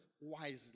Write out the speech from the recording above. wisely